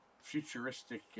futuristic